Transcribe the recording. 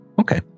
Okay